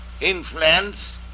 influence